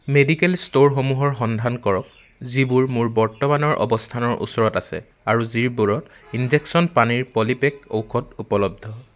medical ষ্ট'ৰসমূহৰ সন্ধান কৰক যিবোৰ মোৰ বৰ্তমানৰ অৱস্থানৰ ওচৰত আছে আৰু যিবোৰত ইনজেকচন পানীৰ পলিপেক ঔষধ উপলব্ধ